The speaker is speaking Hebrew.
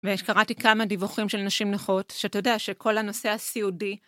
וקראתי כמה דיווחים של נשים נכות, שאתה יודע שכל הנושא הסיעודי...